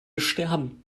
sterben